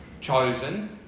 chosen